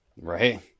Right